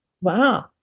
wow